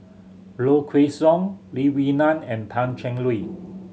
Low Kway Song Lee Wee Nam and Pan Cheng Lui